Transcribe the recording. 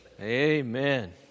Amen